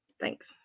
Thanks